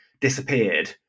disappeared